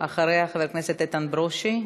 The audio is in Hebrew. אחריה, חבר הכנסת איתן ברושי?